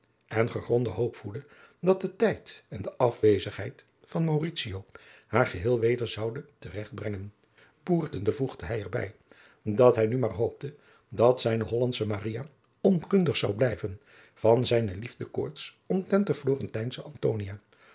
en gegronde hoop voedde dat de tijd en de afwezendheid van mauritio haar geheel weder zouden te regt brengen boertende voegde hij er bij dat hij nu maar hoopte dat zijne hollandsche maria onkundig zou blijven van zijne liefdekoorts omtrent de florentijnsche